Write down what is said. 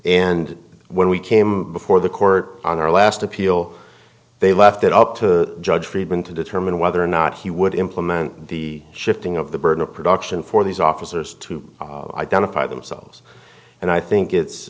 and when we came before the court on our last appeal they left it up to judge friedman to determine whether or not he would implement the shifting of the burden of production for these officers to identify themselves and i think it's